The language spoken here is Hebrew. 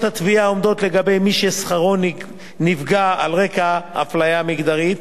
התביעה העומדות למי ששכרו נפגע על רקע אפליה מגדרית,